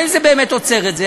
האם זה באמת עוצר את זה?